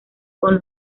con